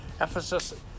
Ephesus